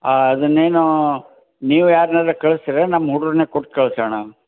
ಹಾಂ ಅದನ್ನೇನು ನೀವು ಯಾರ್ನಾದ್ರು ಕಳ್ಸಿದ್ರೆ ನಮ್ಮ ಹುಡ್ರ್ನೆ ಕೊಟ್ಟು ಕಳ್ಸೋಣ